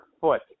foot